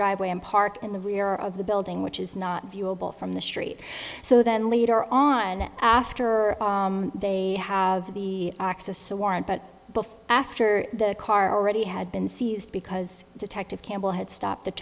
driveway and parked in the rear of the building which is not viewable from the street so then later on after they have the access the warrant but before after the car already had been seized because detective campbell had stopped the